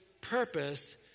purpose